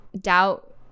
doubt